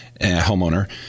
homeowner